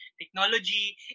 technology